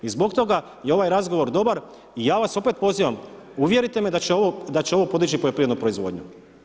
I zbog toga je ovaj razgovor dobar i ja vas opet pozivam, uvjerite me da će ovo podići poljoprivrednu proizvodnju.